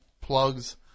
plugs